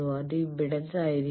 അത് ഇംപെഡൻസ് ആയിരിക്കും